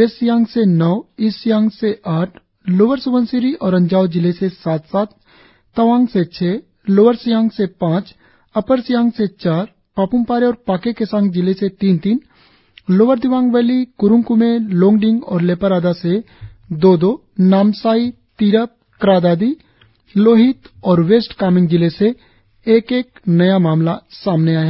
waste Siang से नौ east Siang से आठ लोअर स्बनसिरी और अंजाव जिले से सात सात तवांग से छह लोअर सियांग से पांच अपर सियांग से चार पाप्मपारे और पाके केसांग जिले से तीन तीन लोअर् दिबांग वैली क्रुंग कुमे लोंगडिंग और लेपारादा जिले से दो दो नामसाई तिरप क्रा दादी लोहित और वेस्ट कामेंग जिले से एक एक नया मामला सामने आया है